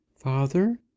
father